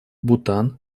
бутан